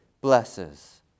blesses